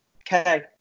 okay